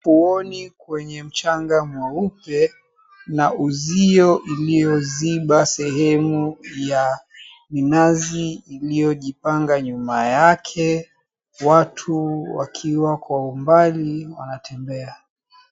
Ufuoni kwenye mchanga mweupe, na uzio ulioziba sehemu ya mnazi uliojipanga nyuma yake. Watu wakiwa kwa umbali wanatembea.